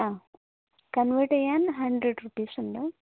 ആ കൺവേർട്ട് ചെയ്യാൻ hundred rupees ഉണ്ട്